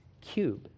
cube